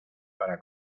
para